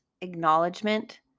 acknowledgement